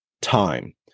time